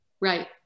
Right